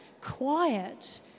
quiet